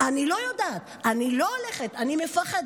אני לא יודעת, אני לא הולכת, אני מפחדת.